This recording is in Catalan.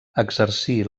exercí